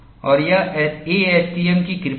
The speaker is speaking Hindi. और यह ASTM की कृपा है